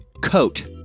coat